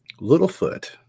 Littlefoot